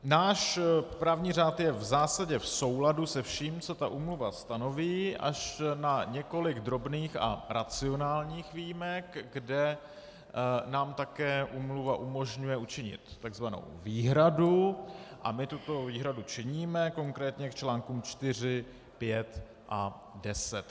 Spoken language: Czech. Náš právní řád je v zásadě v souladu se vším, co úmluva stanoví, až na několik drobných a racionálních výjimek, kde nám také úmluva umožňuje učinit tzv. výhradu, a my tuto výhradu činíme, konkrétně k článkům 4, 5 a 10.